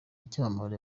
icyamamare